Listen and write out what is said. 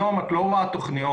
היום את לא רואה תכניות,